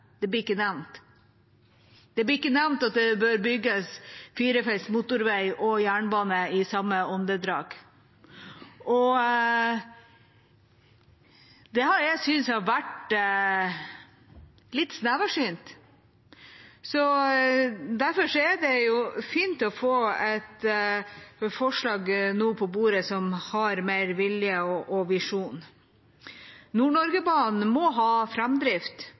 Det blir ikke nevnt. Det blir ikke nevnt at det bør bygges firefelts motorvei og jernbane, i samme åndedrag. Det har jeg syntes har vært litt sneversynt. Derfor er det fint å få et forslag med mer vilje og visjon på bordet. Nord-Norge-banen må ha framdrift. Debatten om Nord-Norge-banen har